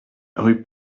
rue